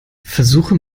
versuche